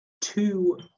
two